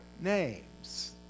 names